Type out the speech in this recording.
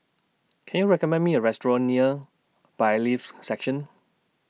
Can YOU recommend Me A Restaurant near Bailiffs' Section